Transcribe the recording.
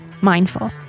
Mindful